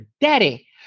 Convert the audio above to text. daddy